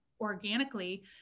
organically